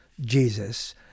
jesus